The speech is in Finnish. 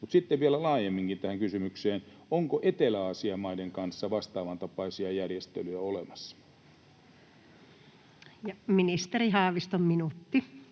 sitten vielä laajemminkin tähän kysymykseen: onko Etelä-Aasian maiden kanssa vastaavan tapaisia järjestelyjä olemassa? Ja ministeri Haavisto, minuutti.